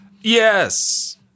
Yes